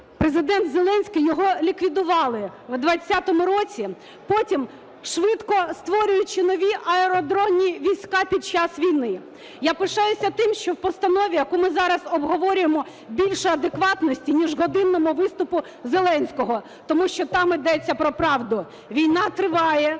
Президент Зеленський, його ліквідували в 20-му році, потім швидко створюючи нові аеродронні війська під час війни. Я пишаюся тим, що в постанові, яку ми зараз обговорюємо, більше адекватності, ніж у годинному виступі Зеленського, тому що там ідеться про правду. Війна триває